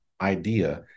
idea